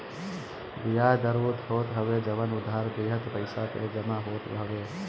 बियाज दर उ होत हवे जवन उधार लिहल पईसा पे जमा होत हवे